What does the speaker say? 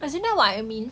cause you know what I mean